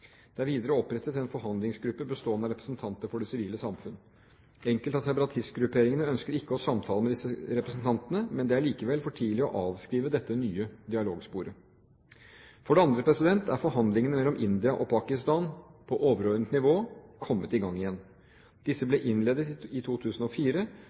Det er videre opprettet en forhandlingsgruppe bestående av representanter for det sivile samfunn. Enkelte av separatistgrupperingene ønsker ikke å samtale med disse representantene, men det er likevel for tidlig å avskrive dette nye dialogsporet. For det andre er forhandlingene mellom India og Pakistan på overordnet nivå kommet i gang igjen. Disse